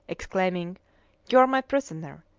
exclaiming you are my prisoner!